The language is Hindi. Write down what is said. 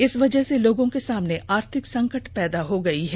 इस वजह से लोगों के सामने आर्थिक संकट पैदा हो गई है